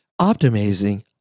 optimizing